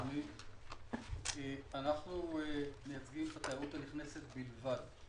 אנחנו מייצגים את התיירות הנכנסת בלבד.